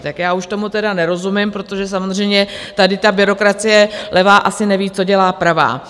Tak já už tomu tedy nerozumím, protože samozřejmě tady ta byrokracie levá asi neví, co dělá pravá.